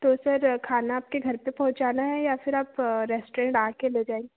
तो सर खाना आपके घर पर पहुँचाना है या फिर आप रेस्टोरेंट आकर ले जाएँगे